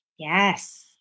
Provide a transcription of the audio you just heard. Yes